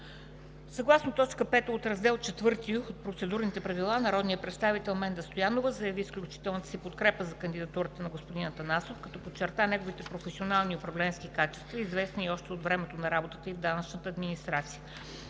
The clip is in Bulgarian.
Съгласно т. 5, от Раздел IV от Процедурните правила народният представител Менда Стоянова заяви изключителната си подкрепа за кандидатурата на господин Бойко Атанасов, като подчерта неговите професионални и управленски качества, известни ѝ още по време на работата ѝ в данъчната администрация.